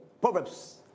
Proverbs